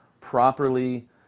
properly